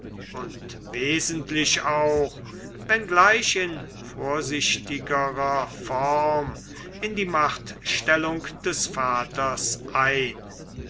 und wesentlich auch wenngleich in vorsichtigerer form in die machtstellung des vaters ein